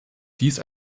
dies